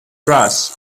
trash